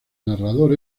narrador